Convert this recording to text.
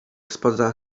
spoza